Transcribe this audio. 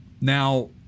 now